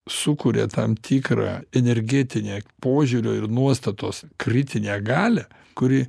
sukuria tam tikrą energetinę požiūrio ir nuostatos kritinę galią kuri